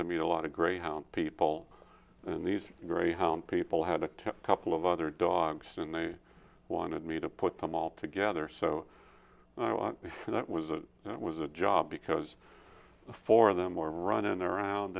to meet a lot of greyhound people and these greyhound people had a couple of other dogs and they wanted me to put them all together so that was it was a job because for them or runnin around